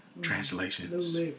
Translations